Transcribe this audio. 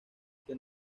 que